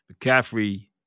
McCaffrey